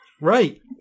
Right